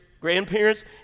grandparents